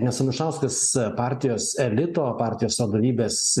nes anušauskas partijos elito partijos vadovybės